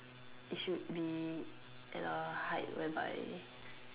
it should be at a height whereby